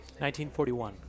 1941